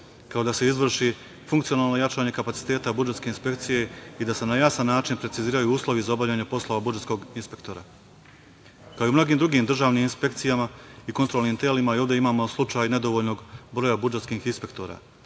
kao da se izvrši funkcionalno jačanje kapaciteta budžetske inspekcije i da se na jasan način preciziraju uslovi za obavljanje poslova budžetskog inspektora. Kao i u mnogim drugim državnim inspekcijama i kontrolnim telima ovde imamo slučaj i nedovoljnog broja budžetskih inspektora. Recimo,